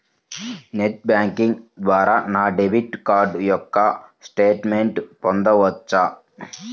Net banking ద్వారా నా debit card యొక్క స్టేట్మెంట్ పొందవచ్చా?